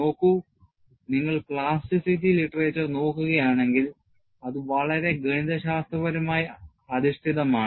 നോക്കൂ നിങ്ങൾ plasticity literature നോക്കുകയാണെങ്കിൽ അത് വളരെ ഗണിതശാസ്ത്രപരമായി അധിഷ്ഠിതമാണ്